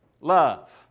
love